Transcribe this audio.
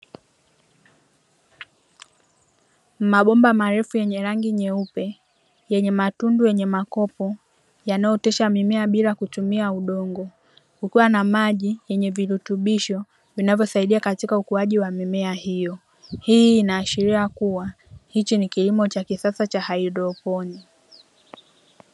Mabomba marefu yenye rangi nyeupe, yenye matundu yenye makopo yanayootesha mimea bila kutumia udongo. Kukiwa na maji yenye virutubisho vinavyosaidia katika ukuaji wa mimea hiyo. Hii inaashiria kuwa hiki ni kilimo cha kisasa cha haidroponi.